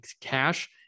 cash